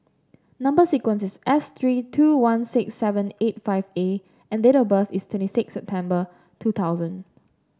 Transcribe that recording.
number sequence is S three two one six seven eight five A and date of birth is twenty six September two thousand